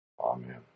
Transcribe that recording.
Amen